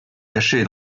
cachés